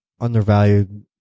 undervalued